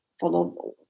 follow